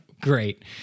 great